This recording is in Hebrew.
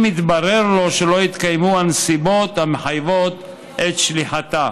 אם התברר לו שלא התקיימו הנסיבות המחייבות את שליחתה.